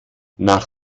nach